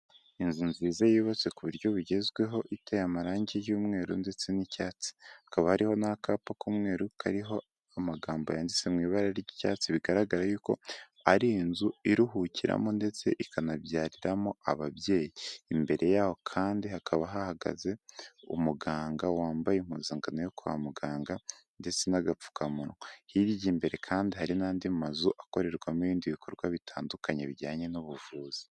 Inzu nziza yubatse ku buryo bugezweho, iteye amarangi y'umweru ndetse n'icyatsi hakaba ariho n'akapa k'umweru kariho amagambo yanditse mu ibara ry'icyatsi bigaragara yuko ari inzu iruhukiramo ndetse ikanabyariramo ababyeyi imbere yaho kandi hakaba hahagaze umuganga wambaye impuzankan yo kwa muganga ndetse n'agapfukamunwa hiriye imbere kandi hari n'andi mazu akorerwamo ibindi bikorwa bitandukanye bijyanye n'ubuvuzi.